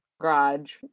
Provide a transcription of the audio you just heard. Garage